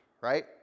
right